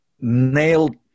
nailed